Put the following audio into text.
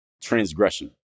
transgression